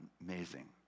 Amazing